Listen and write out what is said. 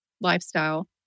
lifestyle